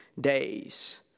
days